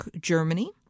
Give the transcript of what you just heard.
Germany